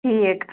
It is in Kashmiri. ٹھیٖک